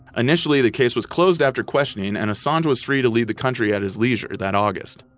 initially, the case was closed after questioning and assange was free to leave the country at his leisure that august.